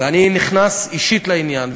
ואני נכנס אישית לעניין,